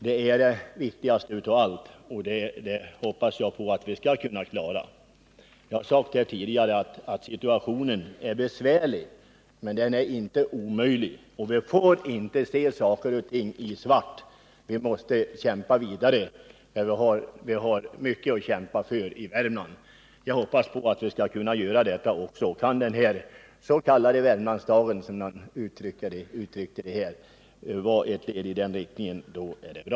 Det är viktigast av allt, och det hoppas jag att vi skall kunna. Jag har sagt tidigare att situationen är besvärlig men inte omöjlig. Vi får inte se saker och ting i svart. Vi måste kämpa vidare, för vi har mycket att kämpa för i Värmland. Kan den s.k. Värmlandsdagen vara ett led i den riktningen är det bra.